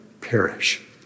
perish